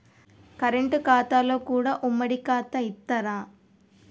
Current ఖాతాలో కూడా ఉమ్మడి ఖాతా ఇత్తరా?